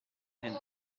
and